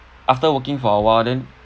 after working for a while then